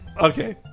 Okay